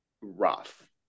rough